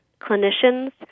clinicians